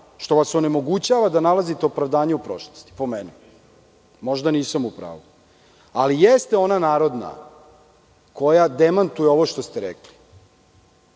što vas onemogućava da nalazite opravdanje u prošlosti, po meni. Možda nisam u pravu, ali jeste ona narodna koja demantuje ovo što ste rekli